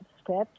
script